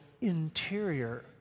interior